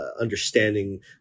understanding